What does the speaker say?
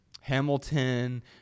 hamilton